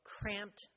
cramped